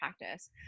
practice